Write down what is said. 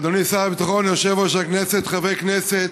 אדוני שר הביטחון, יושב-ראש הכנסת, חברי כנסת,